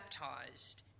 baptized